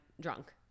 drunk